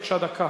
בבקשה, דקה.